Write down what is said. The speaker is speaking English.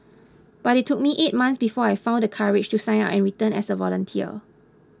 but it took me eight months before I found the courage to sign up and return as a volunteer